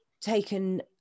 taken